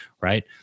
right